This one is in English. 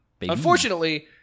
unfortunately